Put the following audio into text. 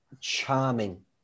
charming